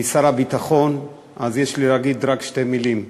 שר הביטחון, יש לי להגיד רק שתי מילים: